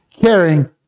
caring